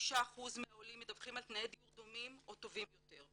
45% מהעולים מדווחים על תנאי דיור דומים או טובים יותר.